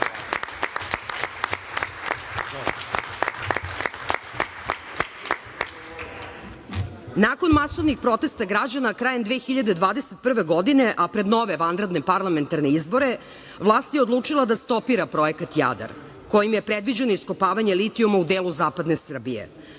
masovnih protesta građana krajem 2021. godine, a pred nove vanredne parlamentarne izbore, vlast je odlučila da stopira projekat Jadar kojim je predviđeno iskopavanje litijuma u delu zapadne Srbije.